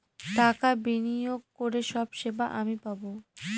টাকা বিনিয়োগ করে সব সেবা আমি পাবো